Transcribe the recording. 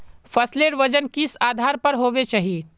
फसलेर वजन किस आधार पर होबे चही?